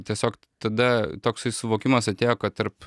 tiesiog tada toksai suvokimas atėjo kad tarp